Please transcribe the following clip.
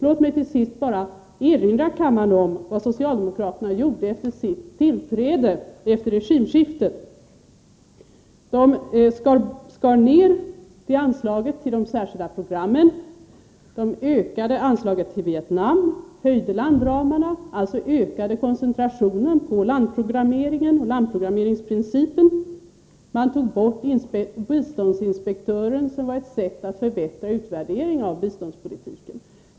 Låt mig till sist bara erinra kammaren om vad socialdemokraterna gjorde efter regimskiftet. De skar ned anslaget till de särskilda programmen, de ökade anslaget till Vietnam, de höjde landramarna — alltså ökade koncentrationen på landprogrammeringen och landprogrammeringsprincipen —, de tog bort biståndsinspektören som var ett sätt att förbättra utvärderingen av biståndspolitiken.